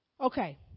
okay